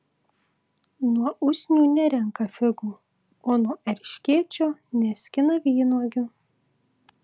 nuo usnių nerenka figų o nuo erškėčio neskina vynuogių